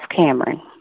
Cameron